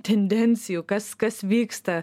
tendencijų kas kas vyksta